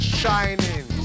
shining